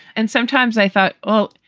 and sometimes i thought, oh,